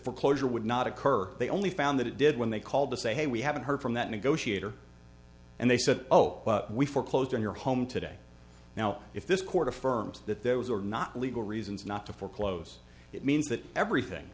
foreclosure would not occur they only found that it did when they called to say hey we haven't heard from that negotiator and they said oh we foreclose on your home today now if this court affirms that there was or not legal reasons not to foreclose it means that everything